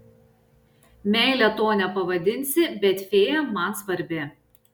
meile to nepavadinsi bet fėja man svarbi